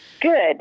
Good